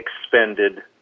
expended